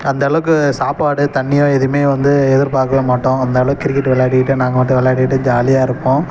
அந்தளவுக்கு சாப்பாடு தண்ணியோ எதுவுமே வந்து எதிர்பாக்கவே மாட்டோம் அந்தளவு கிரிக்கெட்டு விளாடிக்கிட்டு நாங்கள் மட்டும் விளாடிட்டு ஜாலியா இருப்போம்